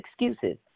excuses